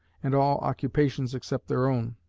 and all occupations except their own,